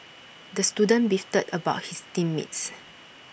the student beefed about his team mates